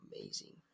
amazing